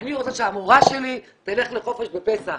אני רוצה שהמורה שלי תלך לחופש בפסח.